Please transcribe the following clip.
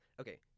okay